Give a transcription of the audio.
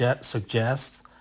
suggest